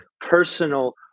personal